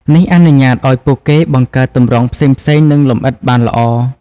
នេះអនុញ្ញាតឱ្យពួកគេបង្កើតទម្រង់ផ្សេងៗ និងលម្អិតបានល្អ។